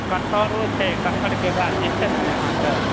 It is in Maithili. कठहरो छै कठहरके गाछ जे छै ने आहाँके